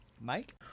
Mike